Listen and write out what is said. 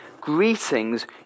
Greetings